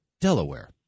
Delaware